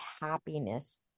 happiness